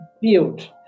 build